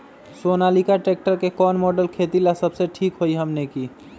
Sonalika tractor के कौन model खेती ला सबसे ठीक होई हमने की?